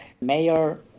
mayor